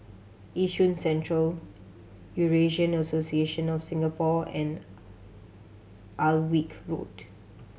Yishun Central Eurasian Association of Singapore and Alnwick Road